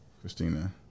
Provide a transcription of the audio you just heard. Christina